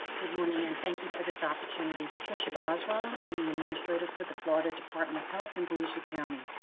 good morning, and thank you for this opportunity. patricia boswell i'm the administrator for the florida department of health in volusia county.